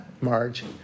Marge